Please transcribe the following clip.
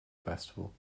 festival